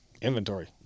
inventory